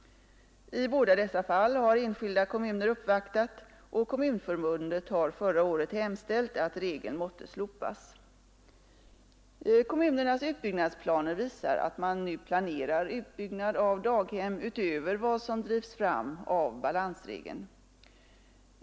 I båda dessa fall har enskilda kommuner uppvaktat, och Kommunförbundet har förra året hemställt att regeln måtte slopas. Kommunernas utbyggnadsplaner visar att man nu planerar utbyggnad av daghem utöver vad som drivs fram av balansregeln.